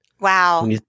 Wow